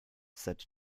set